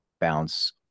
bounce